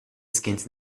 skins